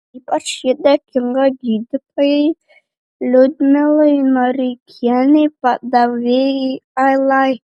ypač ji dėkinga gydytojai liudmilai noreikienei padavėjai alai